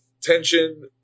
tension